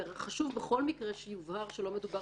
ולכן חשוב בכל מקרה שיובהר שלא מדובר